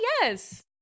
yes